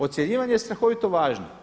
Ocjenjivanje je strahovito važno.